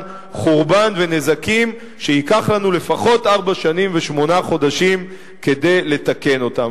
חורבן ונזקים שייקח לנו לפחות ארבע שנים ושמונה חודשים לתקן אותם.